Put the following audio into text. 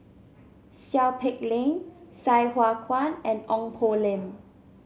Seow Peck Leng Sai Hua Kuan and Ong Poh Lim